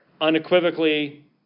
unequivocally